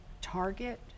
target